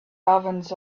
governs